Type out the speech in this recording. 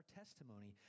testimony